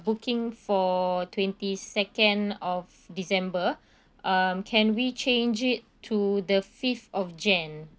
booking for twenty second of december um can we change it to the fifth of jan